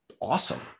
awesome